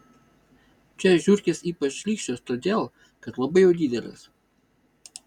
čia žiurkės ypač šlykščios todėl kad labai jau didelės